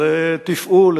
לתפעול,